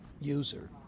user